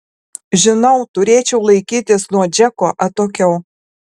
žinau turėčiau laikytis nuo džeko atokiau